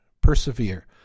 Persevere